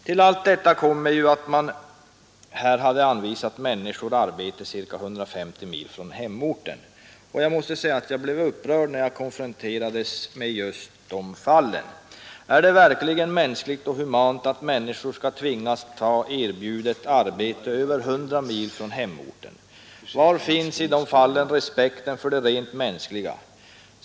Till allt detta kommer ju att man här anvisat människor arbete ca 150 mil från hemorten. Jag måste säga att jag blev upprörd när jag konfronterades med just dessa fall. Är det verkligen mänskligt och humant att människor skall tvingas att ta erbjudet arbete över 100 mil från hemorten? Var finns respekten för det rent mänskliga?